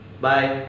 Bye